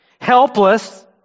Helpless